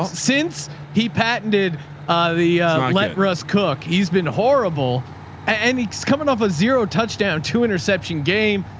since he patented the let russ cook, he's been horrible and it's coming off a zero touchdown two interception game.